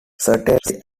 certainly